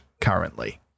currently